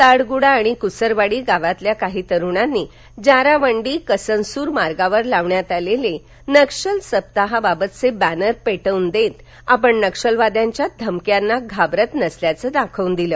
ताङगुडा आणि कुसरवाडी गावातल्या काही तरुणांनी जारावंडी कसनसूर मार्गावर लावण्यात आलेले नक्षल सप्ताहा बाबतचे बॅनर पेटवून देत आपण नक्षलवाद्यांच्या धमक्यांना घाबरत नसल्याचं दाखवून दिलं